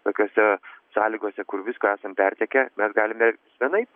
tokiose sąlygose kur visko esam pertekę mes galime vienaip